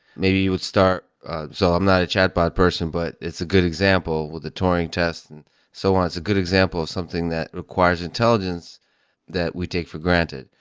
maybe you would start so i'm not a chat bot person, but it's a good example with a turing test and so on. it's a good example of something that requires intelligence that we take for granted.